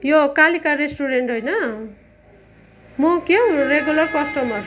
यो कालिका रेस्टुरेन्ट होइन म क्या हौ रेगुलर कस्टमर